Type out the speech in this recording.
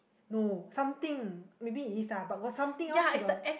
no something maybe it is ah but got something else she got